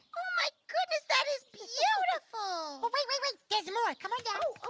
my goodness that is beautiful. but wait, wait, wait there's more, come on down.